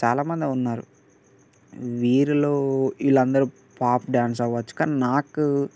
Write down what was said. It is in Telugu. చాలా మందే ఉన్నారు వీరిలో వీళ్ళందరూ పాప్ డాన్స్ అవ్వచ్చు కానీ నాకు